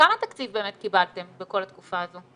כמה תקציב באמת קיבלתם בכל התקופה הזו?